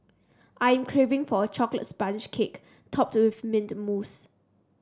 I am craving for a chocolate sponge cake topped with mint mousse